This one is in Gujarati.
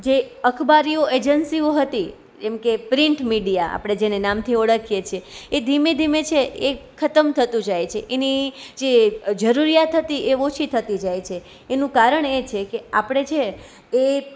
જે અખબારીઓ એજન્સિઓ હતી એમ કે પ્રિન્ટ મીડિયા આપણે જેને નામથી ઓળખીએ છે એ ધીમે ધીમે છે એ ખતમ થતું જાય છે એને જે જરૂરિયાત હતી એ ઓછી થતી જાય છે એનું કારણ એ છે કે આપણે જે એ